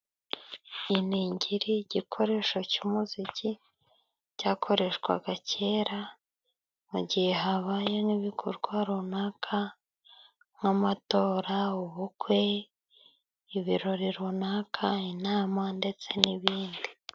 Iningiri igikoresho cy'umuziki cyakoreshwaga kera, mu gihe habaye nk'ibikorwa runaka nk'amatora, ubukwe, ibirori runaka, inama ndetse n'ibindi.